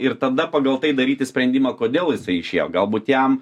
ir tada pagal tai daryti sprendimą kodėl jisai išėjo galbūt jam